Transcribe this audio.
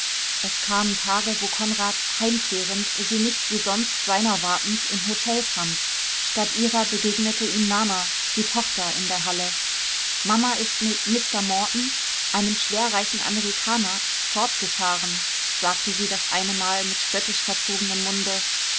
es kamen tage wo konrad heimkehrend sie nicht wie sonst seiner wartend im hotel fand statt ihrer begegnete ihm nana die tochter in der halle mama ist mit mr morton einem schwerreichen amerikaner fortgefahren sagte sie das eine mal mit spöttisch verzogenem munde